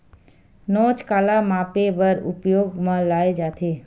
नोच काला मापे बर उपयोग म लाये जाथे?